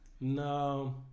No